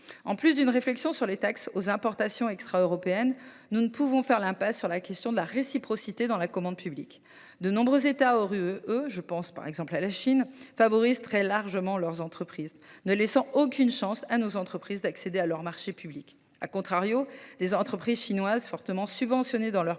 En sus d’une réflexion sur les taxes aux importations extra-européennes, nous ne pouvons faire l’impasse sur la question de la réciprocité dans la commande publique. De nombreux États hors Union européenne – je pense, par exemple, à la Chine – favorisent très largement leurs entreprises, ne laissant aux nôtres aucune chance d’accéder à leurs marchés publics. Inversement, des entreprises chinoises, fortement subventionnées dans leur pays,